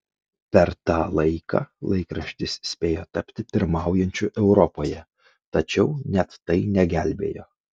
per tą laiką laikraštis spėjo tapti pirmaujančiu europoje tačiau net tai negelbėjo